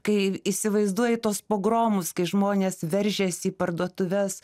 kai įsivaizduoji tuos pogromus kai žmonės veržiasi į parduotuves